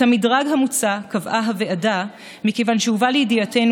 את המדרג המוצע קבעה הוועדה מכיוון שהובא לידיעתנו,